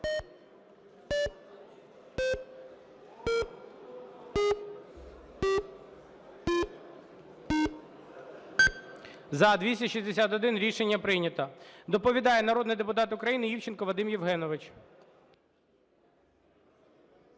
За-261 Рішення прийнято. Доповідає народний депутат України Івченко Вадим Євгенович.